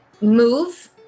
move